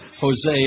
Jose